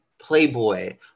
Playboy